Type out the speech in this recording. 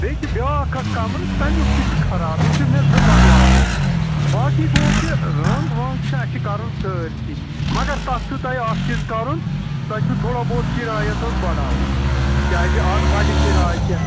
بیٚیہِ چھِ بیٛاکھ اَکھ کَمرٕ تَمیُک تہِ چھُ خراب یِم چھِ مےٚ زٕ بَدلاوٕنۍ باقٕے گوٚو کہِ رنٛگ وَنٛگ چھِ اَسہِ کَرُن سٲرسٕے مگر تَتھ چھُو تۄہہِ اَکھ چیٖز کَرُن تۄہہِ چھُو تھوڑا بہت کِرایَس حظ بَڈاوُن کیٛازِ اَتھ بَڈِ کِراے کیٚنٛہہ